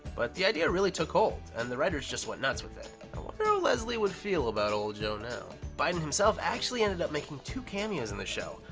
but the idea really took hold, and the writers just went nuts with it. i wonder how leslie would feel about old joe now. biden himself actually ended up making two cameos in the show.